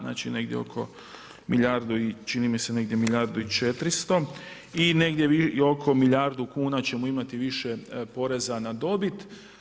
Znači negdje oko milijardu i čini mi se negdje milijardu i 400 i negdje oko milijardu kuna ćemo imati više poreza na dobit.